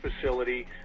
facility